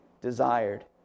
desired